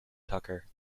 tucker